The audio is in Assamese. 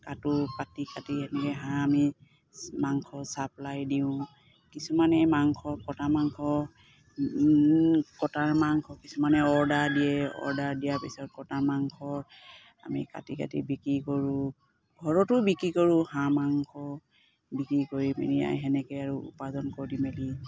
কাটো কাটি কাটি সেনেকৈ হাঁহ আমি মাংস চাপ্লাই দিওঁ কিছুমানে মাংস কটা মাংস কটাৰ মাংস কিছুমানে অৰ্ডাৰ দিয়ে অৰ্ডাৰ দিয়াৰ পিছত কটাৰ মাংস আমি কাটি কাটি বিক্ৰী কৰোঁ ঘৰতো বিক্ৰী কৰোঁ হাঁহ মাংস বিক্ৰী কৰি পেনি আৰু সেনেকৈ আৰু উপাৰ্জন কৰি মেলি